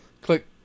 click